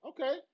Okay